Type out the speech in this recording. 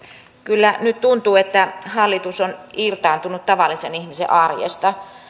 kyllä nyt tuntuu että hallitus on irtautunut tavallisen ihmisen arjesta